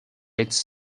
its